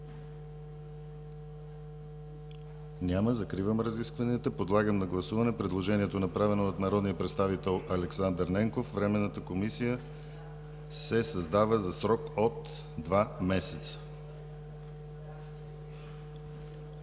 Няма. Закривам разискванията. Подлагам на гласуване предложението, направено от народния представител Александър Ненков – Временната комисия се създава за срок от два месеца.